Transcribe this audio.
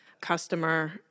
customer